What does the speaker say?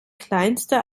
kleinste